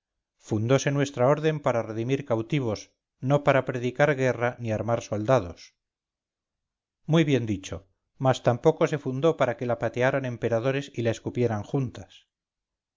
echen fundose nuestra orden para redimir cautivos no para predicar guerra ni armar soldados muy bien dicho mas tampoco se fundópara que la patearan emperadores y la escupieran juntas